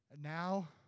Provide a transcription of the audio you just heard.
Now